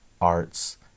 arts